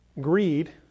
Greed